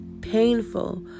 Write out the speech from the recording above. painful